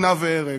שטנה והרג,